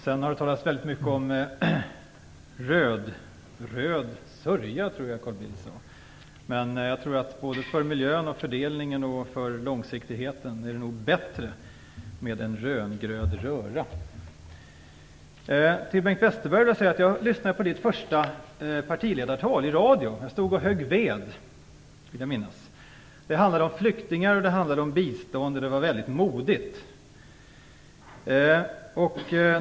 Sedan har det talats väldigt mycket om röd-röd sörja - som jag tror att Carl Bildt uttryckte det. Men såväl för miljön som för fördelningen och långsiktigheten är det nog bättre med en röd-grön röra. Till Bengt Westerberg vill jag säga att jag lyssnade till ditt första partiledartal i radio. Jag stod och högg ved, vill jag minnas. Talet handlade om flyktingar och om bistånd och det var ett väldigt modigt tal.